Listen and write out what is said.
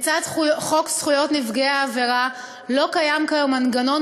לצד חוק זכויות נפגעי העבירה לא קיים כיום מנגנון